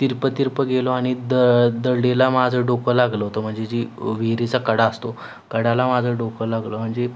तिरपं तिरपं गेलो आणि द दडाला माझं डोकं लागलं होतं म्हणजे जी विहिरीचा कडा असतो कडाला माझं डोकं लागलं म्हणजे